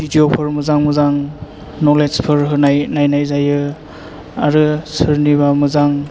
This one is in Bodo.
भिदिअफोर मोजां मोजां नलेदजफोर होनाय नायनाय जायो आरो सोरनिबा मोजां